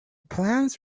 plans